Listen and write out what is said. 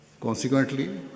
Consequently